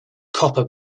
copper